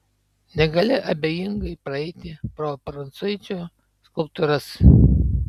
negali abejingai praeiti pro prancuičio skulptūras